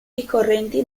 ricorrenti